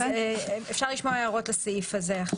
אלא גם